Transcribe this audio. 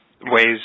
ways